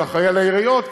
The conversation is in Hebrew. שאחראי לעיריות,